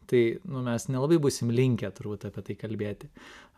tai nu mes nelabai būsim linkę turbūt apie tai kalbėti